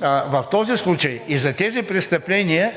в този случай и за тези престъпления